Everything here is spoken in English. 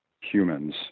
humans